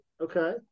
okay